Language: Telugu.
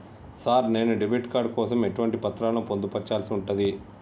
సార్ నేను డెబిట్ కార్డు కోసం ఎటువంటి పత్రాలను పొందుపర్చాల్సి ఉంటది?